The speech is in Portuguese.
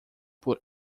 por